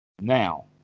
now